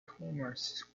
commerce